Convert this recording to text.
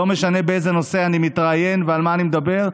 לא משנה באיזה נושא אני מתראיין ועל מה אני מדבר,